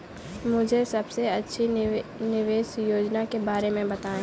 मुझे सबसे अच्छी निवेश योजना के बारे में बताएँ?